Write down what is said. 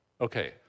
Okay